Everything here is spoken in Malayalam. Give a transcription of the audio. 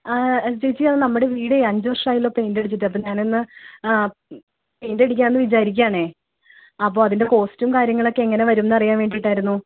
ആ ജിജി അത് നമ്മുടെ വീട് അഞ്ച് വർഷമായല്ലോ പെയിൻ്റ് അടിച്ചിട്ട് അപ്പോൾ ഞാൻ ഒന്ന് പെയിൻ്റ് അടിക്കാമെന്ന് വിചാരിക്കുകയാണ് അപ്പോൾ അതിൻ്റെ കോസ്റ്റും കാര്യങ്ങളുമൊക്കെ എങ്ങനെ വരും എന്ന് അറിയാൻ വേണ്ടിയിട്ടായിരുന്നു